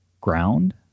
ground